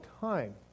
time